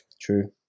True